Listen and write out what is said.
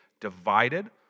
divided